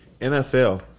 NFL